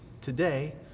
today